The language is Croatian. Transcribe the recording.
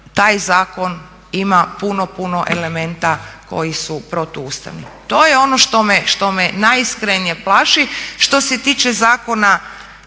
taj zakon ima puno, puno elementa koji su protuustavni. To je on što me, što me najiskrenije plaši. Što se tiče zakona